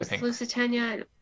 Lusitania